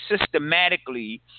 systematically